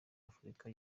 afurica